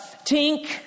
tink